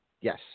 Yes